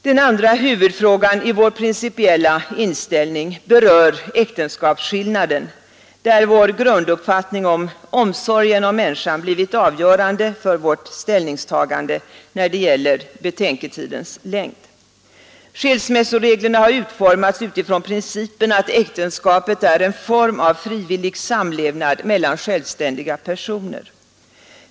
Den andra huvudfrågan i vår principiella inställning berör äktenskapsskillnaden där vår grunduppfattning om omsorgen om människan blivit avgörande för vårt ställningstagande när det gäller betänketidens längd. Skilsmässoreglerna har utformats utifrån principen att äktenskapet är en form av frivillig samlevnad mellan självständiga personer.